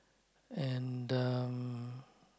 and um